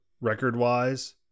record-wise